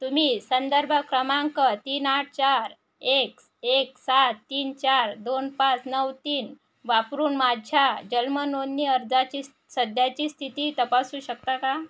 तुम्ही संदर्भ क्रमांक तीन आठ चार एक एक सात तीन चार दोन पाच नऊ तीन वापरून माझ्या जन्मनोंदणी अर्जाची सध्याची स्थिती तपासू शकता का